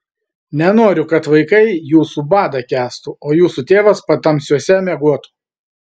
nenoriu kad vaikai jūsų badą kęstų o jūsų tėvas patamsiuose miegotų